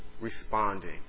responding